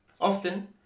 Often